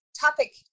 topic